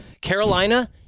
Carolina